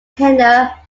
tenure